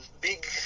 big